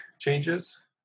changes